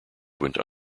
went